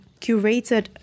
curated